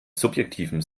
subjektiven